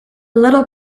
little